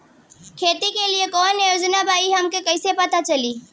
खेती के लिए कौने योजना बा ई हमके कईसे पता चली?